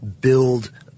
build